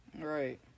Right